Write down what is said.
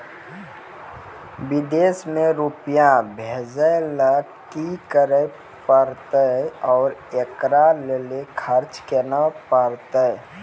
विदेश मे रुपिया भेजैय लेल कि करे परतै और एकरा लेल खर्च केना परतै?